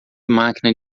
máquina